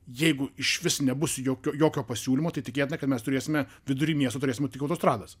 jeigu išvis nebus jokio jokio pasiūlymo tai tikėtina kad mes turėsime vidury miesto turėsime tik autostrados